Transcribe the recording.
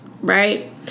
right